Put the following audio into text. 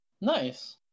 nice